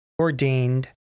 ordained